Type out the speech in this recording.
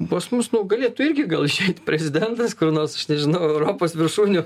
pas mus nu galėtų irgi gal išeit prezidentas kur nors aš nežinau europos viršūnių